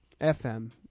FM